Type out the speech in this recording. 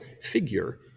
figure